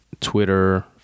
Twitter